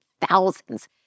thousands